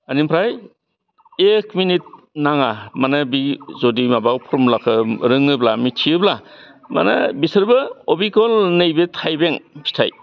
एनिफ्राय एक मिनिट नाङा मानि बि जुदि माबा फरमुलाखौ रोङोब्ला मिथियोब्ला मानि बिसोरबो अबेगल नैबे थाइबें फिथाइ